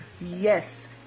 yes